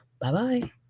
Bye-bye